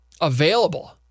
available